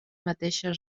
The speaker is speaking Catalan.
mateixa